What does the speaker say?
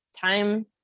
time